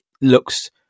looks